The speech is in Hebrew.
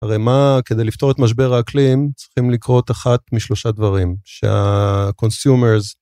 הרי מה כדי לפתור את משבר האקלים צריכים לקרות אחת משלושה דברים שה-consumers...